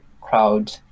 crowd